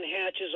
hatches